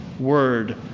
word